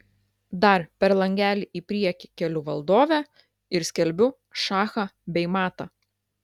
dar per langelį į priekį keliu valdovę ir skelbiu šachą bei matą